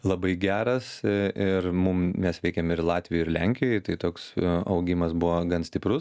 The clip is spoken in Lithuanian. labai geras ir mum mes veikiam ir latvijoj ir lenkijoj tai toks augimas buvo gan stiprus